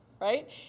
right